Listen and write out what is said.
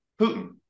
Putin